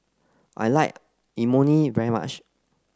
I like Imoni very much